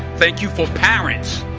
thank you for parents.